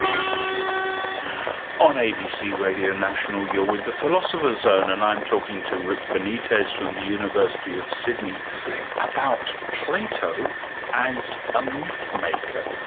um on abc radio national you're with the philosopher's zone and i'm talking to rick benitez from the university of sydney about plato as a myth-maker.